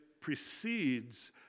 precedes